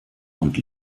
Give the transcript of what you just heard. und